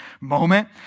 moment